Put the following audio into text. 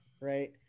right